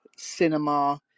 cinema